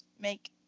make